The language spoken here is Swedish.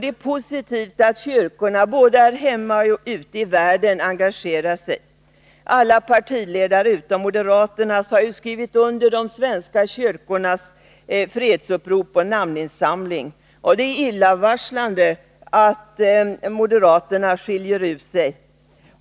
Det är positivt att kyrkorna både här hemma och ute i världen engagerar sig. Alla partiledare utom moderaternas har skrivit under de svenska kyrkornas fredsupprop och namninsamling. Det är illavarslande att moderaterna skiljer ut sig.